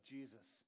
Jesus